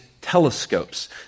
telescopes